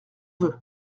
veut